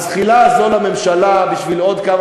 הזחילה הזאת לממשלה בשביל עוד כמה